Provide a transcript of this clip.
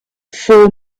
four